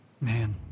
Man